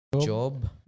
job